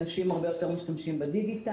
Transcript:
אנשים הרבה יותר משתמשים בדיגיטל,